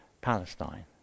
Palestine